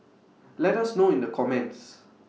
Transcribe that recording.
let us know in the comments